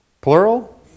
plural